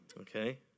Okay